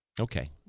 Okay